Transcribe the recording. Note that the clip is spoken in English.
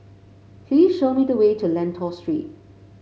please show me the way to Lentor Street